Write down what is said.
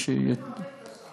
אתם, אתם פרסמתם.